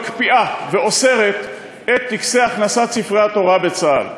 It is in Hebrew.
מקפיאה ואוסרת את טקסי הכנסת ספרי התורה בצה"ל.